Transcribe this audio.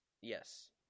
Yes